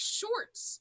shorts